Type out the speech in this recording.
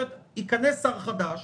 ייכנס שר חדש